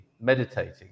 meditating